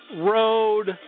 Road